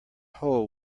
hole